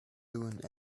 doing